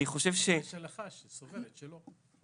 אני חושב --- יש הלכה שסוברת שלא.